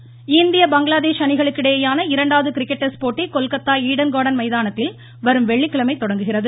cricket இந்திய பங்களாதேஷ் அணிகளுக்கு இடையேயான இரண்டாவது கிரிக்கெட் டெஸ்ட் போட்டி கொல்கத்தா ஈடன் கார்டன் மைதானத்தில் வரும் வெள்ளிக்கிழமை தொடங்குகிறது